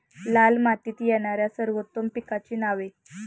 लाल मातीत येणाऱ्या सर्वोत्तम पिकांची नावे?